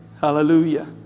Hallelujah